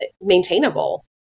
maintainable